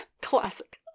classic